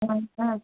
ହଁ ହଁ